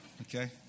okay